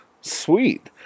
sweet